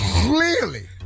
clearly